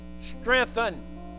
strengthen